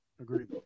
Agreed